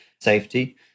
safety